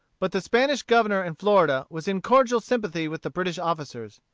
but the spanish governor in florida was in cordial sympathy with the british officers.